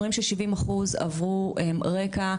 אומרים ש-70% עברו רקע,